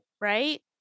right